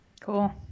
cool